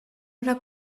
una